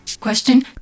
Question